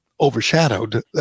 overshadowed